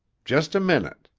just a minute.